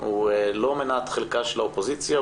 הוא לא מנת חלקה של האופוזיציה,